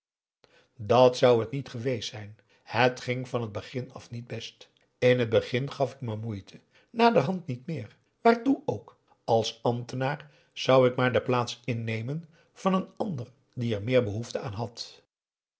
dat zou het niet geweest zijn het ging van begin af niet best in het begin gaf ik me moeite naderhand niet meer waartoe ook als ambtenaar zou ik maar de plaats innemen van een ander die er meer behoefte aan had